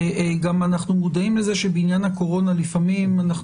אנחנו מודעים לזה שבעניין הקורונה לפעמים אנחנו